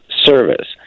service